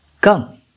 Come